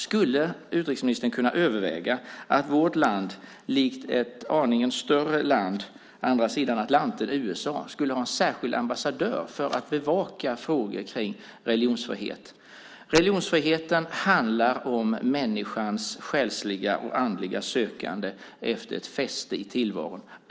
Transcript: Skulle utrikesministern kunna överväga att vårt land, likt ett land på andra sidan Atlanten som är en aning större, USA, skulle ha en särskild ambassadör för att bevaka frågor kring religionsfrihet? Religionsfriheten handlar om människans själsliga och andliga sökande efter ett fäste i tillvaron.